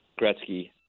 Gretzky